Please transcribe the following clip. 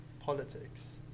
Politics